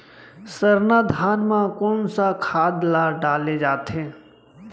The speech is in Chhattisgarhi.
सरना धान म कोन सा खाद ला डाले जाथे?